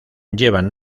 llevan